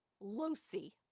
Lucy